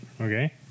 okay